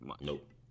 Nope